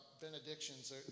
benedictions